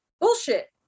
Bullshit